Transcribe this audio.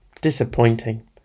disappointing